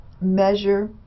measure